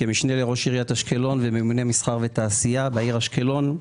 כמשנה לראש עיריית אשקלון וממונה מסחר ותעשייה בעיר אשקלון.